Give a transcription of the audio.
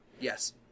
Yes